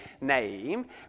name